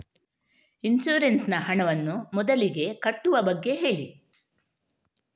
insurance ನ ಹಣವನ್ನು ಮೊದಲಿಗೆ ಕಟ್ಟುವ ಬಗ್ಗೆ ಹೇಳಿ